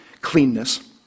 cleanness